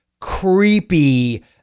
creepy